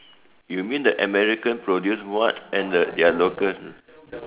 you mean the American produce what and the their locals uh